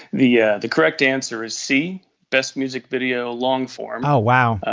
the yeah the correct answer is c best music video long form oh wow.